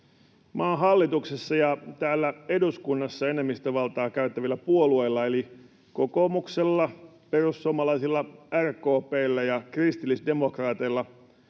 Maan hallituksessa ja täällä eduskunnassa enemmistövaltaa käyttävillä puolueilla eli kokoomuksella, perussuomalaisilla, RKP:llä ja kristillisdemokraateilla